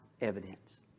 evidence